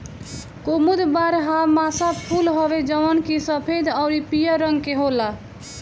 कुमुद बारहमासा फूल हवे जवन की सफ़ेद अउरी पियर रंग के होला